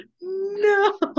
no